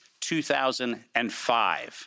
2005